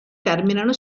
terminano